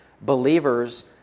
believers